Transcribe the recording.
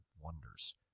wonders